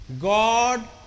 God